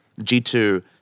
G2